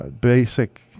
basic